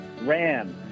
ran